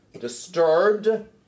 disturbed